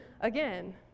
again